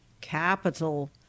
capital